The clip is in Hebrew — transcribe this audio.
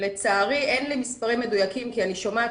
לצערי אין לי מספרים מדויקים כי אני שומעת